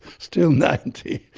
still ninety!